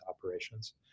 operations